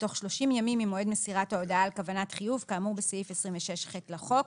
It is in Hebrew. בתוך 30 ימים ממועד מסירת ההודעה על כוונת חיוב כאמור בסעיף 26ח לחוק.